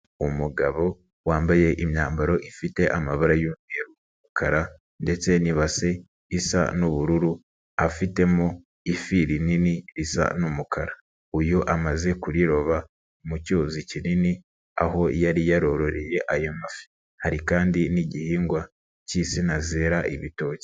Umugabo wambaye imyambaro ifite amabara y'umweru n'umukara ndetse n'ibase isa n'ubururu afitemo ifi rinini risa n'umukara, uyu amaze kuriroba mu cyuzi kinini aho yari yarororeye ayo mafi, hari kandi n'igihingwa k'insina zera ibitoki.